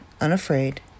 unafraid